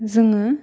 जोङो